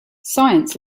science